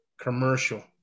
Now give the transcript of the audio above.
commercial